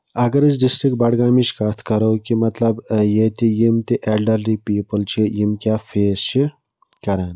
اگر أسۍ ڈِسٹِرٛک بَڈگٲمِچ کَتھ کَرو کہِ مَطلَب ییٚتہِ یِم تہِ اٮ۪لڈَرلی پیٖپٕل چھِ یِم کیٛاہ فیس چھِ کَران